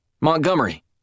Montgomery